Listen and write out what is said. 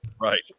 Right